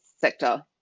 sector